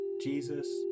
Jesus